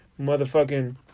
motherfucking